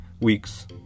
weeks